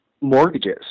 mortgages